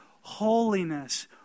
holiness